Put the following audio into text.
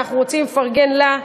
אנחנו רוצים לפרגן לה,